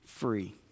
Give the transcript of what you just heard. free